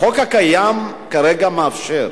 שהחוק הקיים כרגע מאפשר.